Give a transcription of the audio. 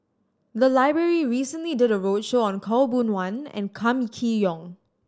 the library recently did a roadshow on Khaw Boon Wan and Kam Kee Yong